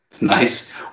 Nice